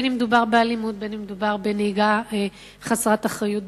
בין שמדובר באלימות ובין שמדובר בנהיגה חסרת אחריות,